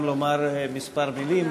גם לומר כמה מילים.